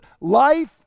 life